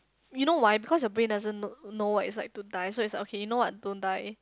you know why because your brain doesn't know know what it's like to die so it's like okay you know what don't die